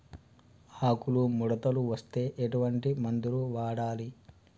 ఆకులు ముడతలు వస్తే ఎటువంటి మందులు వాడాలి?